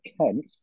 Kent